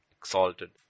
exalted